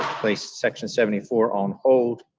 place section seventy four on hold,